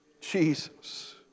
Jesus